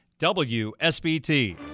WSBT